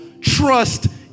trust